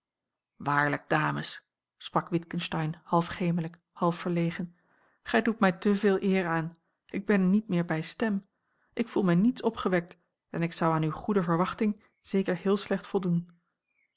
waarlijk dames sprak witgensteyn half gemelijk half verlegen gij doet mij te veel eer aan ik ben niet meer bij stem ik voel mij niets opgewekt en ik zou aan uwe goede verwachting zeker heel slecht voldoen